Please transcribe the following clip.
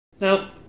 Now